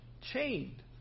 chained